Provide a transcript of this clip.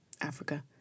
Africa